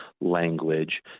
language